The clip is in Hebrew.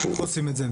איך עושים את זה?